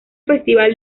festival